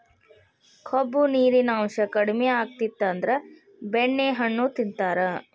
ಕೊಬ್ಬು, ನಾರಿನಾಂಶಾ ಕಡಿಮಿ ಆಗಿತ್ತಂದ್ರ ಬೆಣ್ಣೆಹಣ್ಣು ತಿಂತಾರ